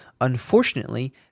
Unfortunately